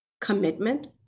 commitment